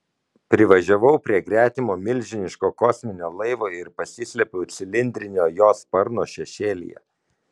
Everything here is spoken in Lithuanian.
privažiavau prie gretimo milžiniško kosminio laivo ir pasislėpiau cilindrinio jo sparno šešėlyje